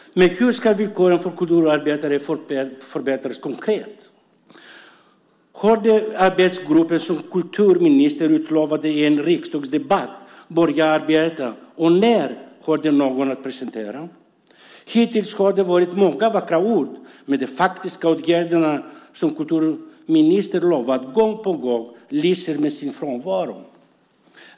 Men hur ska villkoren för kulturarbetare förbättras, konkret? Har den arbetsgrupp som kulturministern utlovade i en riksdagsdebatt börjat arbeta, och när har den något att presentera? Hittills har det varit många vackra ord, men de faktiska åtgärder som kulturministern lovat gång på gång lyser med sin frånvaro.